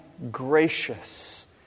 gracious